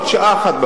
עוד שעה אחת,